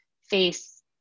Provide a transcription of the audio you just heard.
face